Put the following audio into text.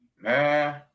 man